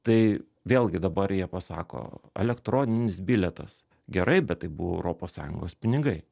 tai vėlgi dabar jie pasako elektroninis bilietas gerai bet tai buvo europos sąjungos pinigai